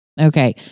Okay